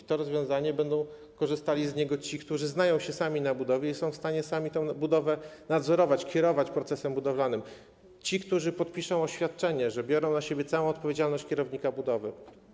Z tego rozwiązania będą korzystali ci, którzy znają się sami na budowie i są w stanie sami tę budowę nadzorować, kierować procesem budowlanym, ci, którzy podpiszą oświadczenie, że biorą na siebie całą odpowiedzialność spoczywającą na kierowniku budowy.